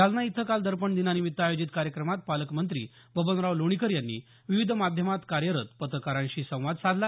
जालना इथं काल दर्पण दिनानिमित्त आयोजित कार्यक्रमात पालकमंत्री बबनराव लोणीकर यांनी विविध माध्यमात कार्यरत पत्रकारांशी संवाद साधला